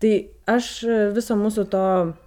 tai aš viso mūsų to